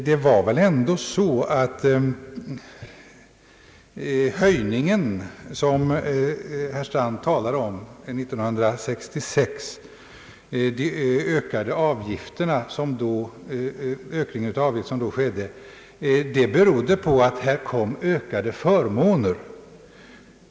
Det var väl ändå så, att den höjning som herr Strand talar om, den ökning av avgifterna som skedde 1966, berodde på att ökade förmåner tillkom.